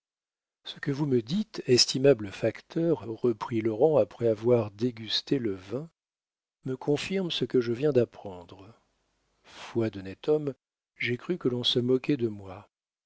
ce que vous me dites estimable facteur reprit laurent après avoir dégusté le vin me confirme ce que je viens d'apprendre foi d'honnête homme j'ai cru que l'on se moquait de moi